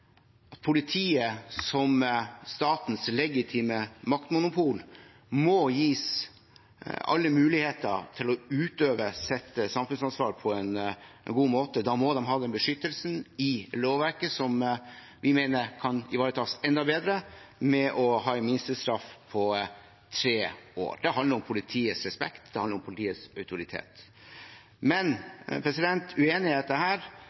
at politiet som statens legitime maktmonopol må gis alle muligheter til å kunne utøve sitt samfunnsansvar på en god måte. Da må de ha den beskyttelsen i lovverket som vi mener kan ivaretas enda bedre ved å ha en minstestraff på tre år. Det handler om politiets respekt og autoritet. Uenigheten her går nok først og fremst langs linjer som handler om